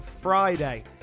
Friday